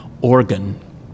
organ